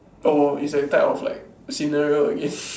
orh is that type of like scenario again